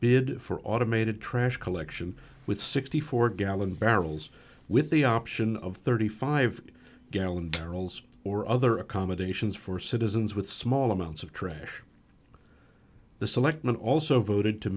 bid for automated trash collection with sixty four gallon barrels with the option of thirty five gallon barrels or other accommodations for citizens with small amounts of trash the selectmen also voted to